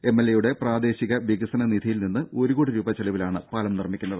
M L എയുടെ പ്രാദേശിക വികസന നിധിയിൽ നിന്ന് ഒരുകോടി രൂപ ചെലവിലാണ് പാലം നിർമ്മിക്കുന്നത്